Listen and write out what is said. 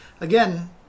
again